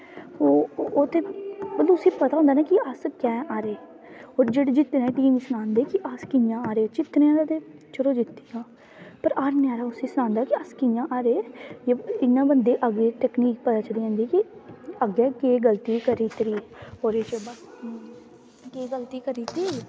ओ मतलब उसी पता होंदा ना अस की हारे और जित्तने आह्ली टीम गी सनांदे कि अस कि'यां हारे जित्तने आह्ला ते चलो जित्ती गेआ पर हारने आह्ला उसी सनांदा कि अस कि'यां हारे इ'यां बंदे गी अगली तकनीक पता चली जंदी कि अग्गें केह् गल्ती करी करी ओह्दे च केह् गल्ती करी दित्ती